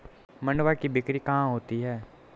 मंडुआ की बिक्री कहाँ होती है?